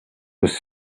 was